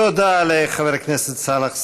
תודה לחבר הכנסת סאלח סעד.